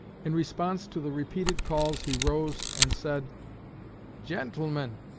in response to the repeated calls he rose and said gentlemen,